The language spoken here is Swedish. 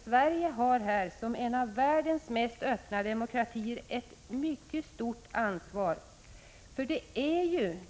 Sverige har här som en av världens mest öppna demokratier ett mycket stort ansvar.